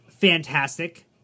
Fantastic